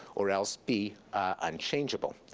or else be unchangeable.